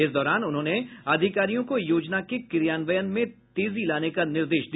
इस दौरान उन्होंने अधिकारियों को योजना के क्रियान्वयन में तेजी लाने का निर्देश दिया